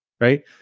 Right